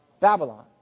Babylon